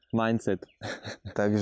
mindset